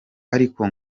ariko